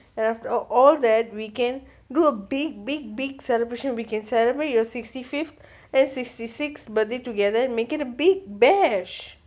after all that we can go big big big celebration we can celebrate your sixty fifth and sixty sixth birthday together and make it a big bash